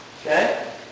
Okay